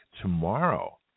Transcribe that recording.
tomorrow